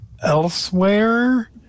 elsewhere